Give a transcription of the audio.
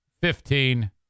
fifteen